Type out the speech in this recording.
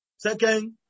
Second